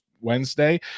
Wednesday